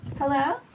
Hello